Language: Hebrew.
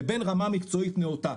לבין רמה מקצועית נאותה,